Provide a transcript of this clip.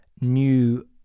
new